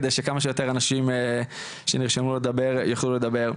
כדי שכמה שיותר אנשים שנרשמו לדבר יוכלו לדבר.